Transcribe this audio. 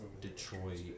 Detroit